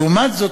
לעומת זאת,